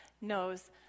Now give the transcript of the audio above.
knows